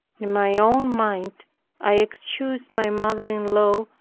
in my own mind i excused my mother-in-law,